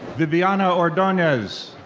viviana ordonez.